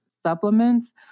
supplements